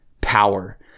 power